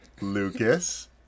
Lucas